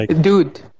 dude